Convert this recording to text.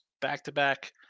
back-to-back